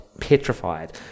petrified